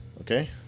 okay